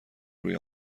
روی